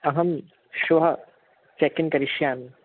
अहं श्वः चेक्किन् करिष्यामि